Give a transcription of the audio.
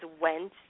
went